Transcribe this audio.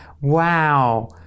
Wow